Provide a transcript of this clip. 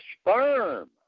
sperm